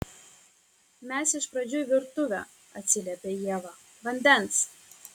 mes iš pradžių į virtuvę atsiliepia ieva vandens